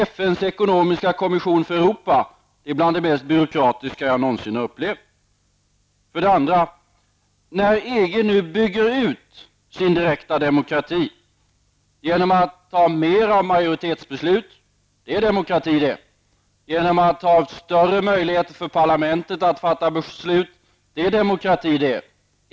FNs ekonomiska kommission för Europa är bland det mest byråkratiska jag någonsin har upplevt. För det andra: EG bygger nu ut sin direkta demokrati genom att ha mer av majoritetsbeslut -- det är demokrati det! -- och genom att ge större möjligheter för parlamentet att fatta beslut -- det är demokrati det!